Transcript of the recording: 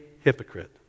hypocrite